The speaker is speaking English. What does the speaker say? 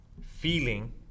feeling